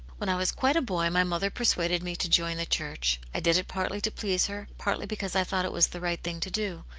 when i was quite a boy my mother, persuaded me to join the church i did it partly to please her, partly because i thought it was the right thing to do.